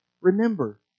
Remember